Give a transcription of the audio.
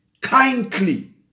kindly